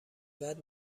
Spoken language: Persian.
بعد